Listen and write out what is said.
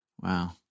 Wow